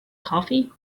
coffee